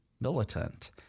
militant